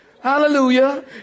Hallelujah